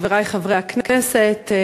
חברי חברי הכנסת,